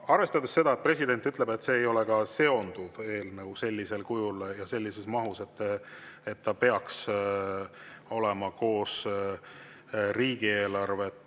Arvestades seda, et president ütles, et see ei ole [eelarvega] seonduv eelnõu sellisel kujul ja sellises mahus, et ta peaks olema koos kõigi teiste